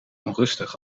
onrustig